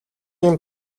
ийм